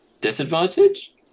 disadvantage